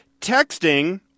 Texting